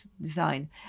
design